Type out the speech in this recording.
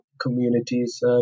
communities